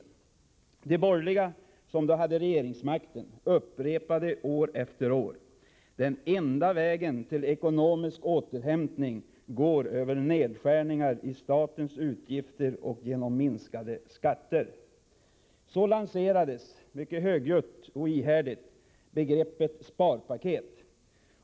De borgerliga, som då hade regeringsmakten, upprepade år efter år: Den enda vägen till ekonomisk återhämtning går över nedskärningar i statens utgifter och genom minskade skatter. Så lanserades, högljutt och ihärdigt, begreppet sparpaket.